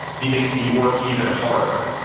he makes me work even harder.